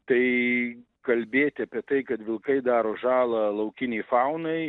tai kalbėt apie tai kad vilkai daro žalą laukinei faunai